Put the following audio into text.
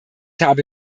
habe